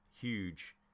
huge